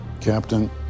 Captain